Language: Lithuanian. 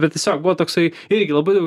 bet tiesiog buvo toksai irgi labai daug